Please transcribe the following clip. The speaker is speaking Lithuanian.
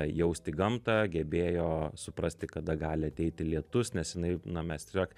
jausti gamtą gebėjo suprasti kada gali ateiti lietus nes jinai na mes tiesiog